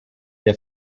der